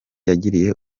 yagiriye